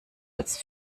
als